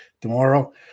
tomorrow